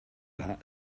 but